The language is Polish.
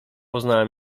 poznała